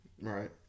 Right